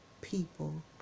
people